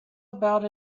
about